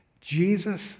Jesus